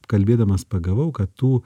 kalbėdamas pagavau kad tų